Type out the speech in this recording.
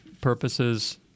purposes